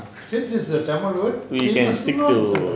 we can stick to